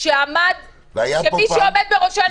שמי שעומד בראשה,